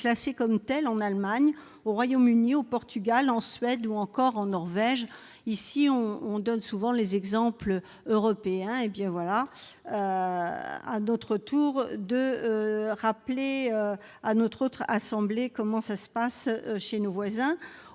classés comme tels en Allemagne, au Royaume-Uni, au Portugal, en Suède ou encore en Norvège. On cite souvent ici les exemples européens ; à notre tour de rappeler à notre Haute Assemblée comment les choses se passent chez nos voisins.